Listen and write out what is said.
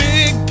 Big